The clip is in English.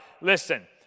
listen